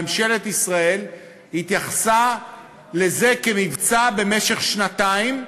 ממשלת ישראל התייחסה לזה כמבצע במשך שנתיים,